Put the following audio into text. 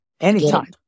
Anytime